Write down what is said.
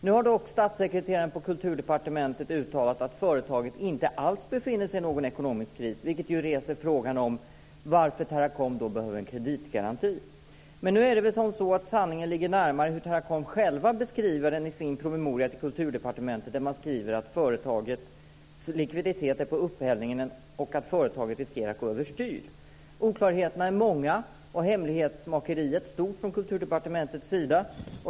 Nu har dock statssekreteraren på Kulturdepartementet uttalat att företaget inte alls befinner sig i någon ekonomisk kris, vilket ju reser frågan om varför Teracom då behöver en kreditgaranti. Men nu är det väl som så att sanningen ligger närmare den beskrivning som man i Teracom själva ger i sin promemoria till Kulturdepartementet, där man skriver att företagets likviditet är på upphällningen och att företaget riskerar att gå över styr. Oklarheterna är många, och hemlighetsmakeriet stort från Kulturdepartementets sida.